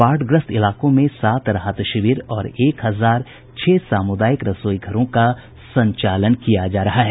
बाढ़ग्रस्त इलाकों में सात राहत शिविर और एक हजार छह सामुदायिक रसोई घरों का संचालन किया जा रहा है